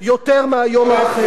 והחלק שהכי גרוע,